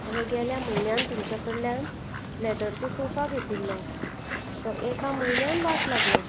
हांवें गेल्या म्हयन्यान तुमच्या कडल्यान लेदरचो सोफा घेतिल्लो तो एका म्हयन्यान वाट लागलो